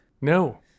No